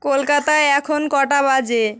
কলকাতায় এখন কটা বাজে